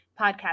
Podcast